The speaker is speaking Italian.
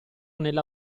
nella